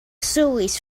stories